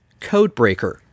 Codebreaker